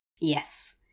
Yes